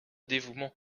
dévouement